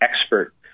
expert